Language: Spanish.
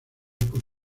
por